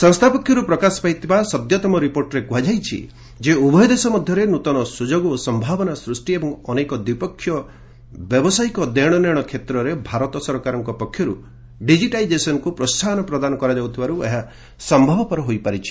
ସଂସ୍ଥା ପକ୍ଷରୁ ପ୍ରକାଶ ପାଇଥିବା ସଦ୍ୟତମ ରିପୋର୍ଟରେ କୁହାଯାଇଛି ଯେ ଉଭୟ ଦେଶ ମଧ୍ୟରେ ନୃତନ ସୁଯୋଗ ଓ ସମ୍ଭାବନା ସୃଷ୍ଟି ଏବଂ ଅନେକ ଦ୍ୱିପକ୍ଷୀୟ ବ୍ୟାବସାୟିକ ଦେଶନେଣ କ୍ଷେତ୍ରରେ ଭାରତ ସରକାରଙ୍କ ପକ୍ଷରୁ ଡିଜିଟାଇଜେସନ୍କୁ ପ୍ରୋହାହନ ପ୍ରଦାନ କରାଯାଉଥିବାରୁ ଏହା ସମ୍ଭବ ହୋଇପାରିଛି